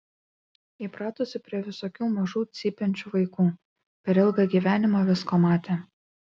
įpratusi prie visokių mažų cypiančių vaikų per ilgą gyvenimą visko matė